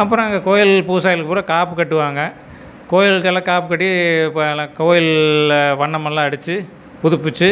அப்புறம் அங்கே கோயில் பூசாரிகளுக்குப் பூரா காப்பு கட்டுவாங்க கோயிலுக்கெல்லாம் காப்புக்கட்டி இப்போ எல்லாம் கோயிலில் வண்ணமெல்லாம் அடிச்சு புதுப்பிச்சு